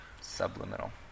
subliminal